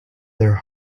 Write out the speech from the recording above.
their